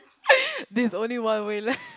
this only one way leh